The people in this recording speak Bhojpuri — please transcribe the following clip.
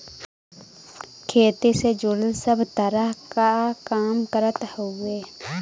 खेती से जुड़ल सब तरह क काम करत हउवे